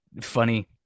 funny